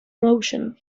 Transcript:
motion